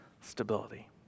stability